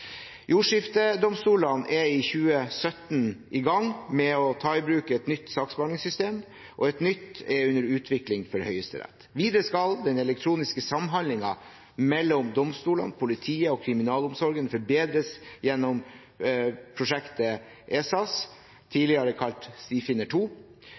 Jordskiftedomstolene er i 2017 i gang med å ta i bruk et nytt saksbehandlingssystem, og et nytt er under utvikling for Høyesterett. Videre skal den elektroniske samhandlingen mellom domstolene, politiet og kriminalomsorgen forbedres gjennom prosjektet ESAS,